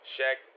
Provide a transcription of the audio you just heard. Shaq